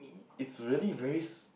it's really very